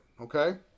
Okay